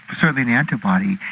certainly an antibody,